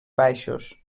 baixos